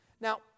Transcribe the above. Now